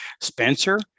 Spencer